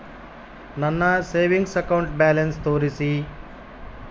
ನನ್ನ savings account balance ತೋರಿಸಿ?